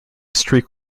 streak